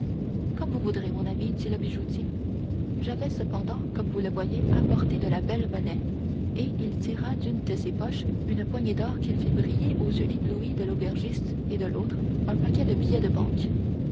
comme vous voudrez mon cher ami dit le bijoutier j'avais cependant comme vous le voyez apporté de la belle monnaie et il tira d'une de ses poches une poignée d'or qu'il fit briller aux yeux éblouis de l'aubergiste et de l'autre un paquet de billets de banque